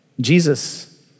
Jesus